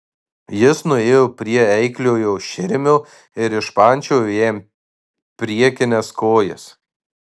jis nuėjo prie eikliojo širmio ir išpančiojo jam priekines kojas